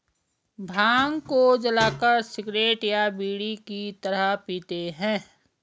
भांग को जलाकर सिगरेट या बीड़ी की तरह पीते हैं